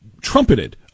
trumpeted